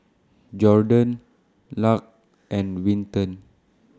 Jordon Luc and Winton